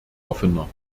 offener